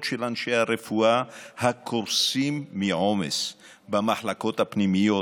של אנשי הרפואה הקורסים מעומס במחלקות הפנימיות,